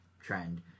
trend